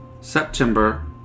September